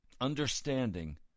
understanding